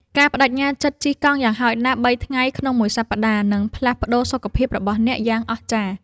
ការប្តេជ្ញាចិត្តជិះកង់យ៉ាងហោចណាស់ ៣ ថ្ងៃក្នុងមួយសប្ដាហ៍ នឹងផ្លាស់ប្តូរសុខភាពរបស់អ្នកយ៉ាងអស្ចារ្យ។